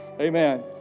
Amen